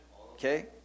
Okay